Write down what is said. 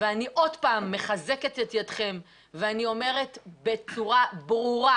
ואני עוד פעם מחזקת את ידכם ואני אומרת בצורה ברורה,